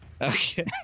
Okay